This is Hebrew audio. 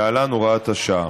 להלן: הוראת השעה.